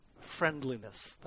friendliness